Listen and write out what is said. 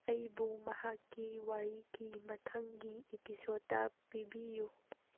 ꯑꯩꯕꯨ ꯃꯍꯥꯛꯀꯤ ꯋꯥꯔꯤꯒꯤ ꯃꯊꯪꯒꯤ ꯏꯄꯤꯁꯣꯠꯇ ꯄꯤꯕꯤꯌꯨ